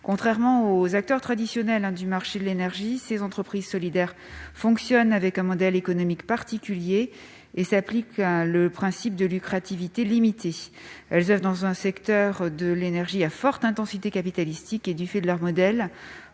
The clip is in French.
Contrairement aux acteurs traditionnels du marché de l'énergie, ces entreprises solidaires fonctionnent selon un modèle économique particulier et s'appliquent un principe de lucrativité limitée. Elles oeuvrent dans un secteur de l'énergie à forte intensité capitalistique et, du fait de leur modèle,